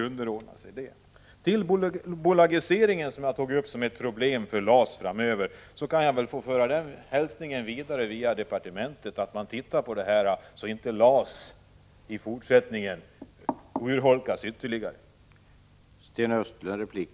Till frågan om bolagiseringen, som jag tog upp som ett problem för LAS, ber jag att via departementet få föra den hälsningen vidare att man tittar på det här så att inte LAS urholkas ytterligare i fortsättningen.